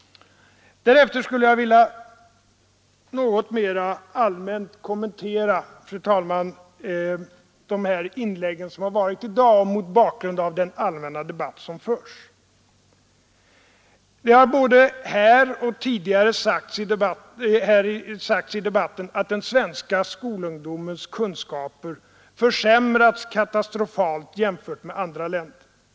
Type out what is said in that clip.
Därefter, fru talman, skulle jag vilja något mera allmänt kommentera de inlägg som gjorts i dag mot bakgrund av den allmänna debatt som förs. Det har sagts både här i dag och tidigare i debatten att den svenska skolungdomens kunskaper försämrats katastrofalt jämfört med förhållandena i andra länder.